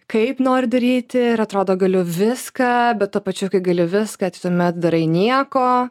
kaip noriu daryti ir atrodo galiu viską bet tuo pačiu gali viską tai tuomet darai nieko